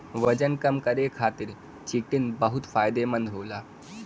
वजन कम करे खातिर चिटिन बहुत फायदेमंद होला